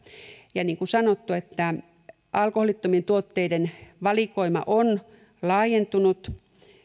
ja niin kuin sanottu alkoholittomien tuotteiden valikoima on laajentunut